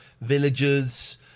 villagers